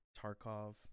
Tarkov